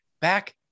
back